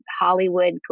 Hollywood